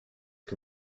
que